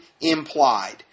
implied